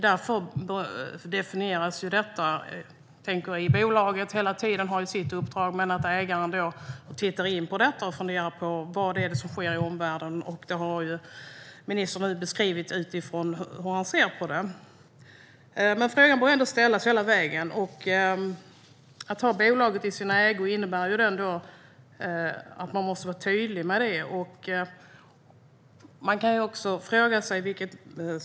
Bolaget har hela tiden sitt uppdrag, men ägaren måste titta på detta och fundera på vad som sker i omvärlden. Ministern har nu beskrivit hur han ser på det. Frågan bör dock ställas hela tiden. Och genom att man har bolaget i sin ägo måste man vara tydlig med det.